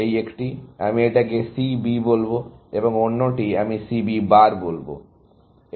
এই একটি আমি এটাকে C B বলবো এবং অন্যটি আমি C B বার বলবো